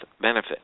benefit